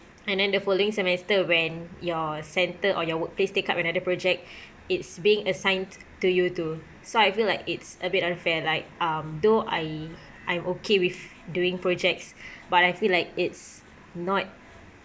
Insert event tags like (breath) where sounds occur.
and then the following semester when your centre or your workplace take up another project (breath) it's being assigned to you too so I feel like it's a bit unfair like um though I I'm okay with doing projects (breath) but I feel like it's not